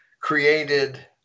created